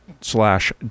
slash